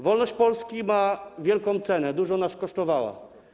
Wolność Polski ma wielką cenę, dużo nas kosztowała.